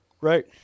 Right